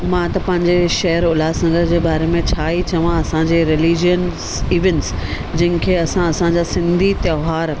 मां त पंहिंजे शहरु उल्हासनगर जे बारे में छा ई चवां असांजे रिलिजीअंस इवेंट्स जंहिंखे असां असांजा सिंधी त्योहार